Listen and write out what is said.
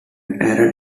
added